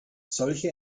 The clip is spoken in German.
solche